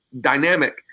dynamic